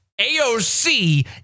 AOC